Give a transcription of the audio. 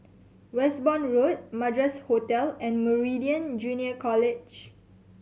Westbourne Road Madras Hotel and Meridian Junior College